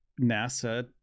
NASA